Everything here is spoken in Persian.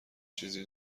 چیزی